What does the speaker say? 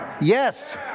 Yes